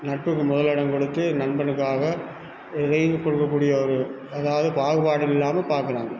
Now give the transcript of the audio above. நட்புக்கு முதலிடம் கொடுத்து நண்பனுக்காக எதையும் கொடுக்கக்கூடிய ஒரு அதாவது பாகுபாடு இல்லாமல் பார்க்குறாங்க